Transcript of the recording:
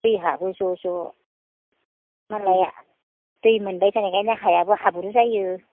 दै हाबो ज' ज' मालाया दै मोनबाय थानायखायनो हायाबो हाब्रु जायो